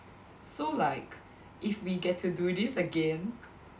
so like if we get to do this again